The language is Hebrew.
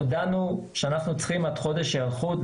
הודענו שאנחנו צריכים עד חודש היערכות,